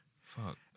fuck